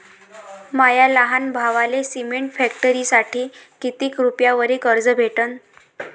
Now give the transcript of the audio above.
माया लहान भावाले सिमेंट फॅक्टरीसाठी कितीक रुपयावरी कर्ज भेटनं?